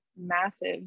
massive